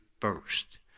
first